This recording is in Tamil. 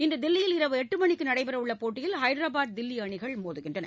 இன்று தில்லியில் இரவு எட்டு மணிக்கு நடைபெற உள்ள போட்டியில் ஹைதராபாத் தில்லி அணிகள் மோதுகின்றன